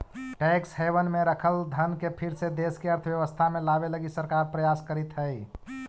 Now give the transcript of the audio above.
tax haven में रखल धन के फिर से देश के अर्थव्यवस्था में लावे लगी सरकार प्रयास करीतऽ हई